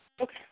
Okay